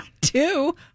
Two